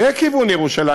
לכיוון ירושלים,